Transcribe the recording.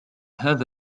هذا